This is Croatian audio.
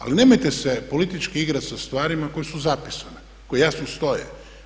Ali nemojte se politički igrati sa stvarima koje su zapisane, koje jasno stoje.